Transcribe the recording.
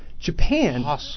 Japan